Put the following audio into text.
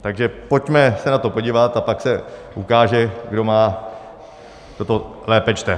Takže pojďme se na to podívat, a pak se ukáže, kdo toto lépe čte.